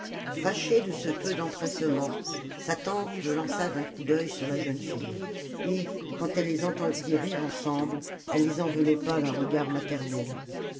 fâchée de ce peu d'empressement sa tante le lança d'un coup d'oeil sur la jeune fille et quand elle les entendit rire ensemble elle les enveloppa d'un regard maternel